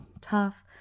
tough